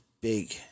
big